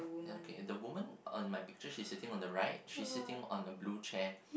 okay the woman on my picture she's sitting on the right she's sitting on a blue chair